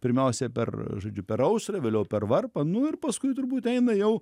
pirmiausia per žodžiu per aušrą vėliau per varpą nu ir paskui turbūt eina jau